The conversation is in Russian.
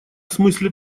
смысле